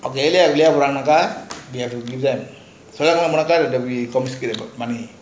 daily நம்ம வெளிய புலனாக:namma veliya polanaka we have to give them money